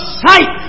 sight